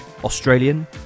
Australian